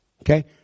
Okay